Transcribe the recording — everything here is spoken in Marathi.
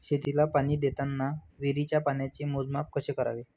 शेतीला पाणी देताना विहिरीच्या पाण्याचे मोजमाप कसे करावे?